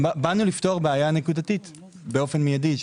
באנו לפתור בעיה נקודתית באופן מיידי,